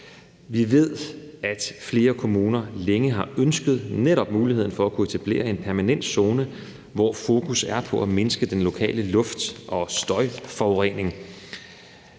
Vi ved, at flere kommuner længe har ønsket netop muligheden for at kunne etablere en permanent zone, hvor fokus er på at mindske den lokale luft- og støjforurening,